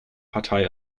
partei